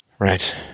Right